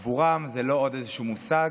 עבורם זה לא עוד איזשהו מושג,